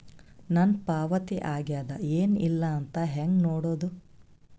ನನ್ನ ಪಾವತಿ ಆಗ್ಯಾದ ಏನ್ ಇಲ್ಲ ಅಂತ ಹೆಂಗ ನೋಡುದು?